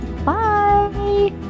Bye